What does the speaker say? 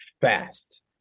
fast